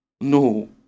No